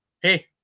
hey